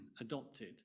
adopted